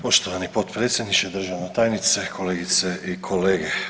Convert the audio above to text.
Poštovani potpredsjedniče, državna tajnice, kolegice i kolege.